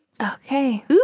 Okay